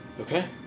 Okay